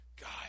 god